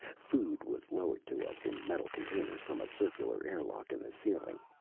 food was lowered to us in metal containers from a circular airlock in the ceiling.